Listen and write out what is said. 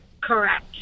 Correct